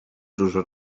dużo